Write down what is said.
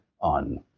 on